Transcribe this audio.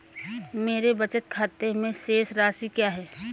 मेरे बचत खाते में शेष राशि क्या है?